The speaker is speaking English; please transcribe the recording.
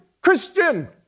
christian